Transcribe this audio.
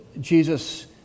Jesus